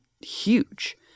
huge